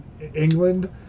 England